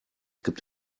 gibt